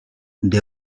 they